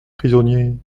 prisonniers